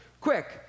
Quick